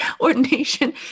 ordination